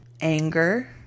anger